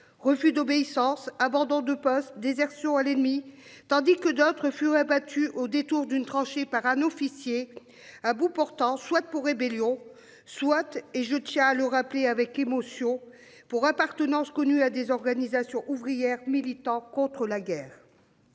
refus d'obéissance abandon de poste désertion à l'ennemi, tandis que d'autres furent abattus au détour d'une tranchée par un officier. À bout portant pour rébellion soit et je tiens à le rappeler avec émotion pour appartenance connue à des organisations ouvrières militant contre la guerre.